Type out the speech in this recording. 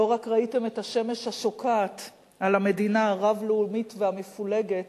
לא רק ראיתם את השמש השוקעת על המדינה הרב-לאומית והמפולגת